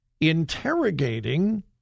interrogating